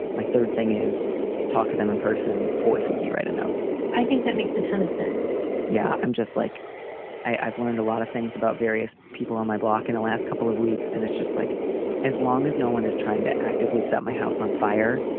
my third thing is talk to them in person. fourth would be write a note i think that makes a ton of sense yeah, i'm just like i've learned a lot of things about various people on my block in the last couple of weeks and it's just like as long as no one is trying to actively set my house on fire.